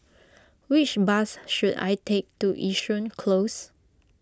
which bus should I take to Yishun Close